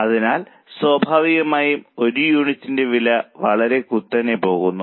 അതിനാൽ സ്വാഭാവികമായും ഒരു യൂണിറ്റിന്റെ വില വളരെ കുത്തനെ പോകുന്നു